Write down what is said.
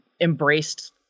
embraced